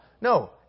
No